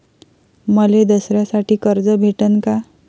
मले दसऱ्यासाठी कर्ज भेटन का?